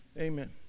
amen